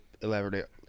elaborate